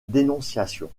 dénonciation